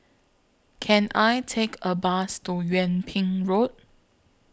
Can I Take A Bus to Yung Ping Road